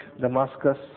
Damascus